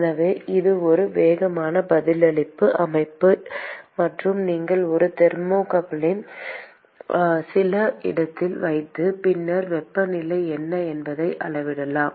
எனவே இது ஒரு வேகமான பதிலளிப்பு அமைப்பு மற்றும் நீங்கள் ஒரு தெர்மோகப்பிளை சில இடத்தில் வைத்து பின்னர் வெப்பநிலை என்ன என்பதை அளவிடலாம்